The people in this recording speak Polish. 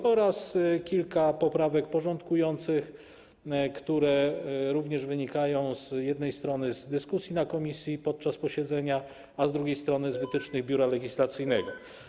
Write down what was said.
Wnosimy kilka poprawek porządkujących, które również wynikają z jednej strony z dyskusji podczas posiedzenia komisji, a z drugiej strony z wytycznych Biura Legislacyjnego.